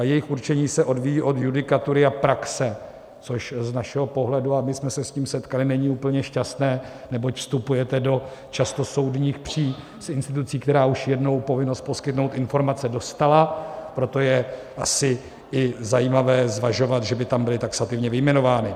Jejich určení se odvíjí od judikatury a praxe, což z našeho pohledu, a my jsme se s tím setkali, není úplně šťastné, neboť vstupujete do často soudních pří s institucí, která už jednou povinnost poskytnout informace dostala, proto je asi i zajímavé zvažovat, že by tam byly taxativně vyjmenovány.